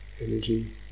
energy